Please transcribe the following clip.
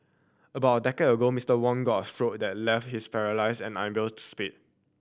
about a decade ago Mister Wong got a stroke that left him paralysed and unable to speak